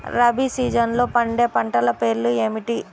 రబీ సీజన్లో పండే పంటల పేర్లు ఏమిటి?